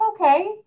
okay